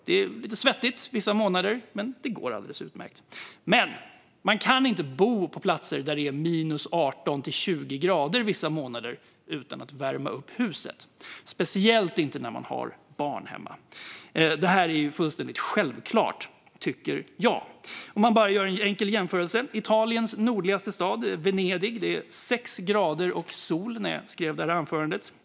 Det är lite svettigt vissa månader, men det går alldeles utmärkt. Men man kan inte bo på platser där det är minus 18-20 grader vissa månader utan att värma upp huset, speciellt inte när man har barn hemma. Detta är fullständigt självklart, tycker jag. Man kan göra en enkel jämförelse. I Italiens nordligaste stad, Venedig, var det 6 grader och sol när jag skrev det här anförandet.